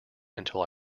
until